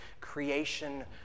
creation